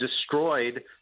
destroyed